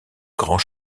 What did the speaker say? grand